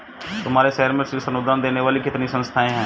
तुम्हारे शहर में शीर्ष अनुदान देने वाली कितनी संस्थाएं हैं?